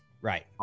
Right